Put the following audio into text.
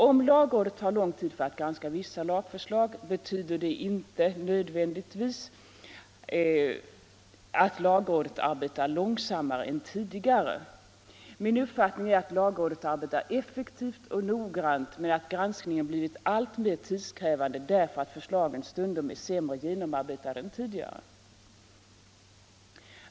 Om lagrådet tar lång tid för att granska vissa lagförslag, betyder det inte nödvändigtvis att lagrådet arbetar långsammare än tidigare. Min uppfattning är att lagrådet arbetar effektivt och noggrant men att granskningen blivit alltmer tidskrävande därför att förslagen stundom är sämre genomarbetade än tidigare.